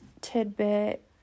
tidbit